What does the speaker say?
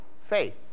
faith